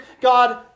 God